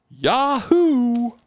Yahoo